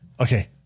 Okay